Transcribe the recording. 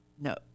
No